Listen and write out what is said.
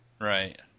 Right